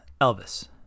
Elvis